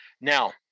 Now